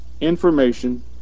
information